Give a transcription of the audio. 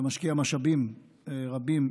ומשקיע משאבים רבים,